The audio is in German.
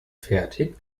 fertig